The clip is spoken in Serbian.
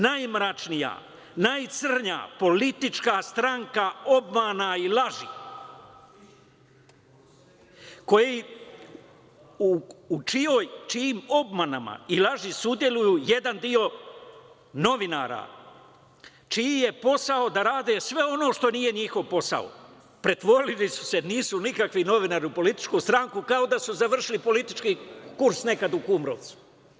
Najmračnija, najcrnja politička stranka obmana i laži u čijim obmanama i laži učestvuju jedan deo novinara, čiji je posao da rade sve ono što nije njihov posao, pretvorili su se, nisu nikakvi novinari, u političku stranku kao da su završili politički kurs nekada u Kumrovcu.